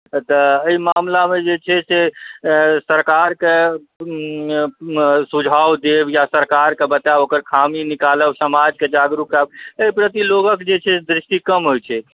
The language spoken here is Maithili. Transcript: एतऽ अहि मामलामे जे छै से सरकारके सुझाव देब या सरकार बतायब ओकर खामी निकालब समाजकेँ जागरूक आब एहि प्रति लोगक जे छै दृष्टि कम होइत छै